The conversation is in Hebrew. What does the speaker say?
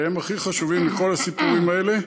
שהם הכי חשובים בכל הסיפורים האלה.